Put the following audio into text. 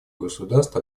государств